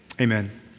Amen